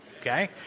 Okay